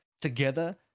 together